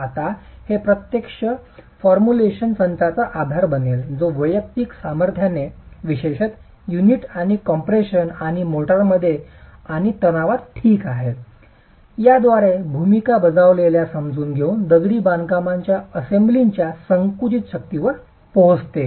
आता हे प्रत्यक्ष फॉर्म्युलेशनच्या संचाचा आधार बनेल जो वैयक्तिक सामर्थ्याने विशेषत युनिट आणि कम्प्रेशन आणि मोर्टारद्वारे आणि तणावात ठीक आहे याद्वारे भूमिका बजावलेल्या समजून घेऊन दगडी बांधकामाच्या असेंब्लीच्या संकुचित शक्तीवर पोहोचते